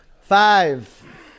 Five